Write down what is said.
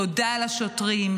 תודה לשוטרים,